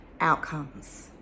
outcomes